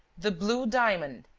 the blue diamond!